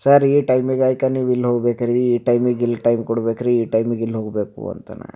sir ಈ ಟೈಮಿಗೆ ಆಯ್ಕೊಂಡು ನೀವು ಇಲ್ಲಿ ಹೋಗಬೇಕು ರೀ ಈ ಟೈಮಿಗೆ ಇಲ್ಲಿ ಟೈಮ್ ಕೊಡಬೇಕ್ರಿ ಈ ಟೈಮಿಗೆ ಇಲ್ಲಿ ಹೋಗಬೇಕು ಅಂತಲಾ